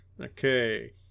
Okay